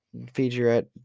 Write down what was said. featurette